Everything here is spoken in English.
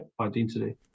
identity